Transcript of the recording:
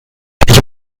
ich